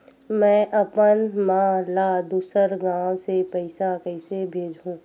में अपन मा ला दुसर गांव से पईसा कइसे भेजहु?